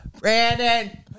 Brandon